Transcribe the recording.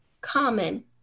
common